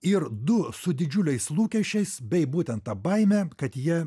ir du su didžiuliais lūkesčiais bei būtent ta baime kad jie